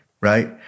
right